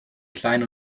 klein